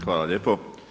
Hvala lijepo.